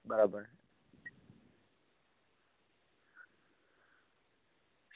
બરાબર